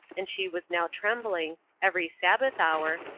and she was now trembling, every sabbath hour,